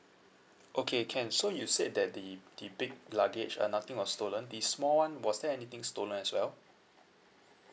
okay can so you said that the the big luggage uh nothing was stolen the small one was there anything stolen as well